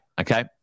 okay